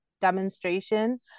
demonstration